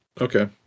Okay